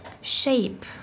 shape